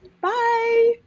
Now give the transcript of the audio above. bye